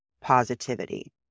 positivity